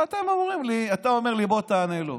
ואתם אומרים לי, אתה אומר לי: בוא, תענה לו.